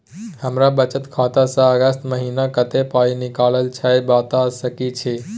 हमर बचत खाता स अगस्त महीना कत्ते पाई निकलल छै बता सके छि?